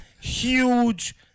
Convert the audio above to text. Huge